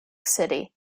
city